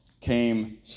came